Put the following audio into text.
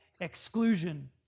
exclusion